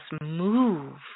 move